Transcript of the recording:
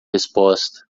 resposta